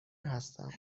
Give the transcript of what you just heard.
هستم